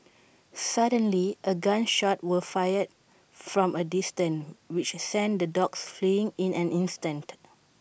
suddenly A gun shot was fired from A distance which sent the dogs fleeing in an instant